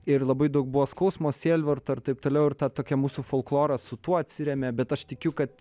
ir labai daug buvo skausmo sielvarto ir taip toliau ir ta tokia mūsų folkloras su tuo atsiremia bet aš tikiu kad